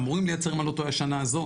אמורים לייצר אם אני לא טועה השנה הזו,